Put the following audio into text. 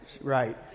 right